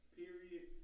period